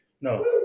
No